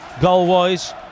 goal-wise